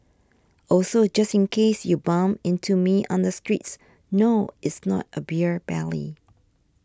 also just in case you bump into me on the streets no it's not a beer belly